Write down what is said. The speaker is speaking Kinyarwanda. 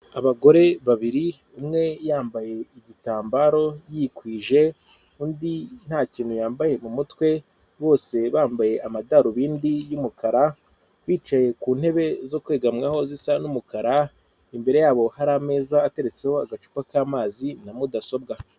Abagore babiri, umwe yambaye igitambaro yikwije, undi nta kintu yambaye mu mutwe, bose bambaye amadarubindi y'umukara, bicaye ku ntebe zo kwegamwaho zisa n'umukara, imbere yabo hari ameza ateretseho agacupa k'amazi na mudasobwa.